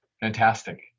Fantastic